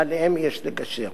שעליהם יש לגשר.